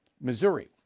Missouri